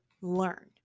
learn